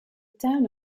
town